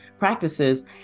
practices